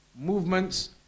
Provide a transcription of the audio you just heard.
movements